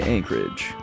Anchorage